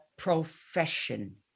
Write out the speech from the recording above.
profession